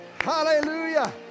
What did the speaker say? Hallelujah